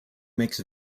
makes